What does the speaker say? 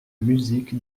musique